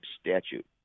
statute